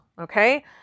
Okay